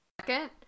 second